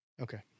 Okay